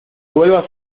vuelvas